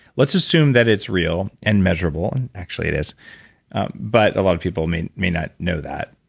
let's assume that it's real and measurable, and actually it is but a lot of people may may not know that.